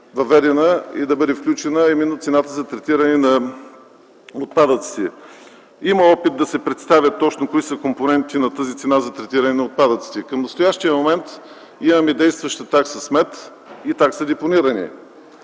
въведена и да бъде включена, а именно цената за третиране на отпадъците. Има опит да се представят точно кои са компонентите на тази цена за третиране на отпадъците. Към настоящия момент имаме действаща такса „Смет” и такса „Депониране”.